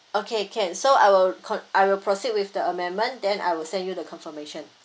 okay can so I will con~ I will proceed with the amendment then I will send you the confirmation